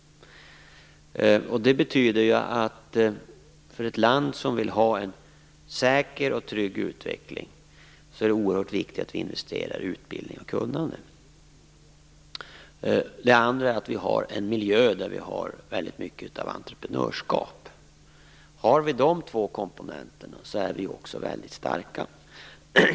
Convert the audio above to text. Det betyder att det för ett land som vill ha en säker och trygg utveckling är oerhört viktigt att investera i utbildning och kunnande. Det andra är att vi har en miljö med väldigt mycket av entreprenörskap. Har vi de två komponenterna är vi också väldigt starka.